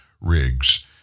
rigs